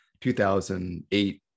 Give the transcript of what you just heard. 2008